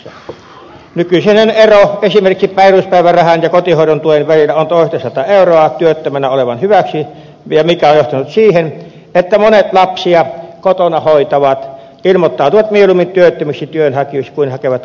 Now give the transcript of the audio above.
nykyisinhän ero esimerkiksi peruspäivärahan ja kotihoidon tuen välillä on toistasataa euroa työttömänä olevan hyväksi mikä on johtanut siihen että monet lapsia kotona hoitavat ilmoittautuvat mieluummin työttömiksi työnhakijoiksi kuin hakevat kotihoidon tukea